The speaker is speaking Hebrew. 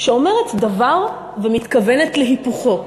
שאומרת דבר ומתכוונת להיפוכו.